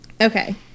Okay